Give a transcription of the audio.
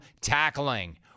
tackling